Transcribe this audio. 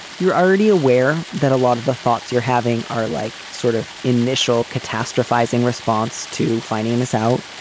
you're already aware that a lot of the thoughts you're having are like sort of initial catastrophizing response to finding this out.